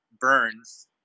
burns